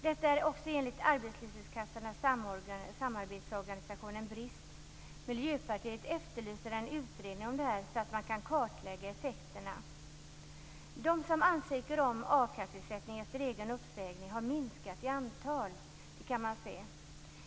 Detta är också en brist enligt De som ansöker om a-kasseersättning efter egen uppsägning har minskat i antal. Det kan man se.